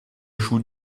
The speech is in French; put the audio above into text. joue